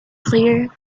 clear